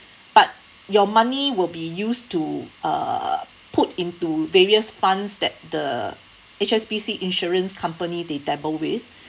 but your money will be used to uh put into various funds that the H_S_B_C insurance company they dabble with